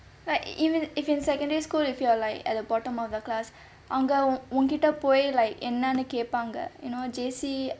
like even if in secondary school if you are like at the bottom of the class அவங்க உங்கிட்ட போய்:avanka unkitta poi like என்னானு கேப்பாங்க:ennaannu kepaanga you know J_C